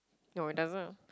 no it doesn't